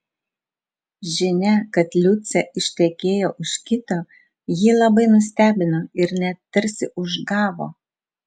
žinia kad liucė ištekėjo už kito jį labai nustebino ir net tarsi užgavo